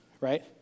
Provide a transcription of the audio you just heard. right